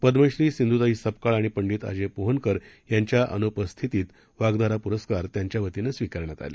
पद्मश्री सिंधुताई सपकाळ आणि पंडित अजय पोहनकर यांच्या अनुपस्थितीत वाग्धारा पुरस्कार त्यांच्या वतीनं स्वीकारण्यात आले